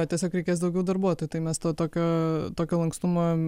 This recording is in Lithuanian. o tiesiog reikės daugiau darbuotojų tai mes to tokio tokio lankstumo